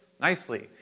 nicely